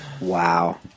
Wow